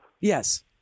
Yes